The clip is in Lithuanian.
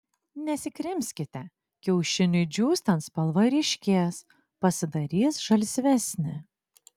nesikrimskite kiaušiniui džiūstant spalva ryškės pasidarys žalsvesnė